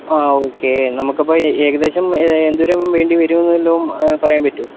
ആ ഓക്കെ നമുക്കപ്പോൾ ഏകദേശം എന്തോരം വേണ്ടിവരുമെന്ന് വല്ലതും പറയാൻ പറ്റുമോ